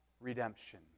redemption